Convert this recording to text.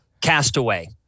Castaway